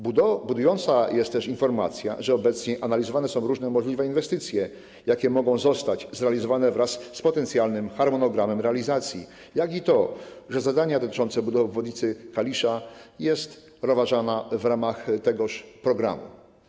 Budująca jest też informacja, że obecnie analizowane są różne możliwe inwestycje, jakie mogą zostać zrealizowane, wraz z potencjalnym harmonogramem realizacji, jak i to, że zadanie dotyczące budowy obwodnicy Kalisza jest rozważane w ramach tegoż programu.